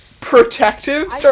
Protective